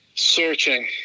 searching